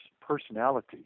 personality